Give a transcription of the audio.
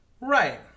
Right